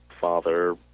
father